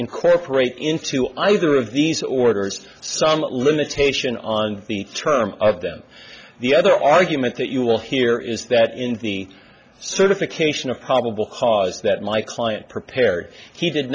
incorporate into either of these orders some limitation on the term of them the other argument that you will hear is that in the certification of probable cause that my client prepared he